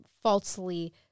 falsely